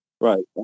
Right